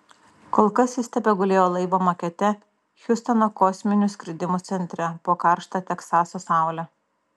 kol kas jis tebegulėjo laivo makete hjustono kosminių skridimų centre po karšta teksaso saule